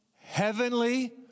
heavenly